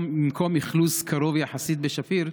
במקום אכלוס קרוב יחסית בשפיר,